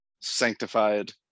Sanctified